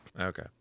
Okay